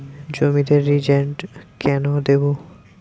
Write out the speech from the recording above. জমিতে রিজেন্ট কেন দেবো?